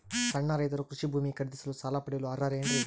ಸಣ್ಣ ರೈತರು ಕೃಷಿ ಭೂಮಿ ಖರೇದಿಸಲು ಸಾಲ ಪಡೆಯಲು ಅರ್ಹರೇನ್ರಿ?